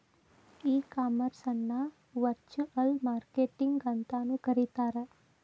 e commerce ಅನ್ನ virtual marketing ಅಂತನು ಕರೇತಾರ